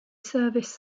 service